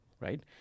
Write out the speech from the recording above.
right